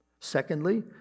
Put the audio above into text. Secondly